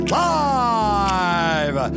live